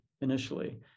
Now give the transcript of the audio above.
Initially